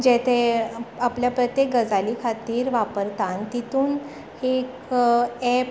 जे ते आपल्या प्रत्येक गजाली खातीर वापरता आनी तितून एक एप